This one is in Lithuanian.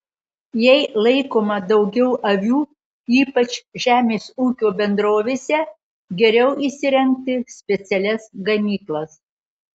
jei laikoma daugiau avių ypač žemės ūkio bendrovėse geriau įsirengti specialias ganyklas